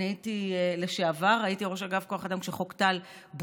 אני הייתי ראש אגף כוח אדם כשחוק טל בוטל,